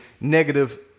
negative